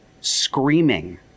screaming